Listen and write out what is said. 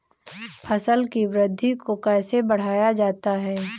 फसल की वृद्धि को कैसे बढ़ाया जाता हैं?